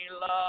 love